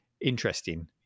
interesting